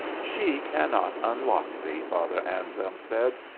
she cannot unlock thee, father anselm said,